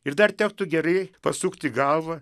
ir dar tektų gerai pasukti galvą